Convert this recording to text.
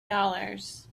dollars